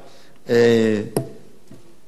תמשוך את השנה, שנה פלוס, כפי שאמרתי.